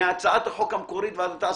מהצעת החוק המקורית ועד עתה,